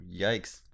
yikes